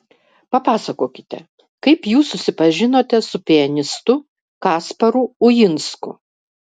papasakokite kaip jūs susipažinote su pianistu kasparu uinsku